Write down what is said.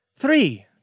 Three